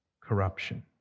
corruption